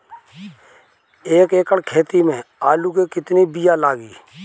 एक एकड़ खेती में आलू के कितनी विया लागी?